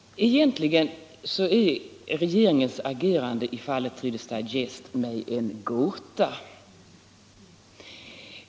Egentligen är regeringens agerande i fallet Readers Digest för mig en gåta.